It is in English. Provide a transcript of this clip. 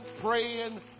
praying